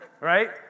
Right